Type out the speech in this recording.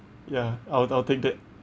ya I'll I'll take that